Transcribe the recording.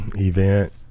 event